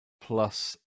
plus